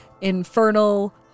Infernal